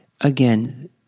again